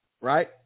right